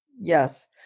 Yes